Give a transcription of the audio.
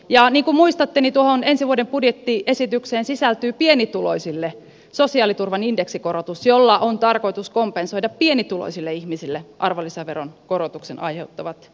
niin kuin muistatte tuohon ensi vuoden budjettiesitykseen sisältyy pienituloisille sosiaaliturvan indeksikorotus jolla on tarkoitus kompensoida pienituloisille ihmisille arvonlisäveron korotuksen aiheuttamat kustannusvaikutukset